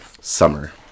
Summer